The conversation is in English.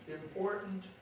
important